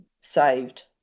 saved